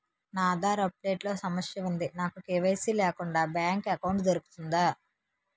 నా Aadhaar update లో సమస్య వుంది నాకు కే.వై.సీ లేకుండా బ్యాంక్ ఎకౌంట్దొ రుకుతుందా?